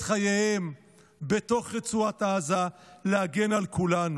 את חייהם בתוך רצועת עזה כדי להגן על כולנו.